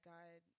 God